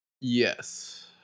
Yes